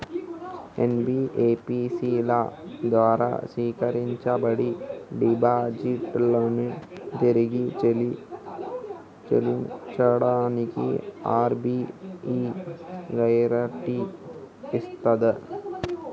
NBFC ల ద్వారా సేకరించబడ్డ డిపాజిట్లను తిరిగి చెల్లించడానికి ఆర్.బి.ఐ గ్యారెంటీ ఇస్తదా?